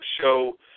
show